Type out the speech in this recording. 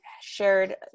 shared